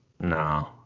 No